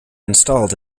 installed